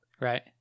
Right